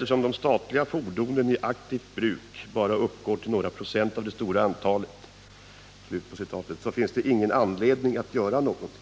antalet statliga fordon i aktivt bruk bara uppgår till några procent av det totala antalet kan väl inte vara en anledning till att inte göra något.